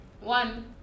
One